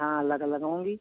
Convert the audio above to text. हाँ लग लगाऊँगी